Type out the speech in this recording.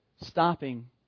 stopping